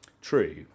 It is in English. True